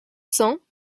cents